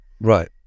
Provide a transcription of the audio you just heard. Right